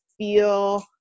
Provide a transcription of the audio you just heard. feel